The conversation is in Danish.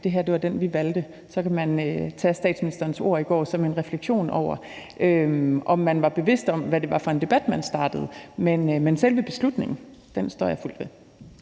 Det her var den, vi valgte. Så man kan tage statsministerens ord i går som en refleksion over, om man var bevidst om, hvad det var for en debat, man startede. Men selve beslutningen står jeg fuldt ved.